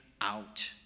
out